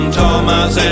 Thomas